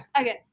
Okay